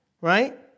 right